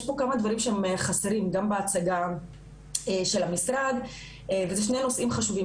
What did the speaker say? יש פה כמה דברים שחסרים גם בהצגה של המשרד וזה שני נושאים חשובים.